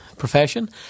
profession